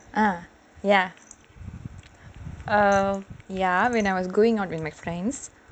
ah ya err ya when I was going out with my friends